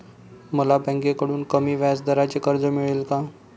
मला बँकेकडून कमी व्याजदराचे कर्ज मिळेल का?